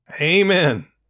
amen